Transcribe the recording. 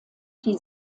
die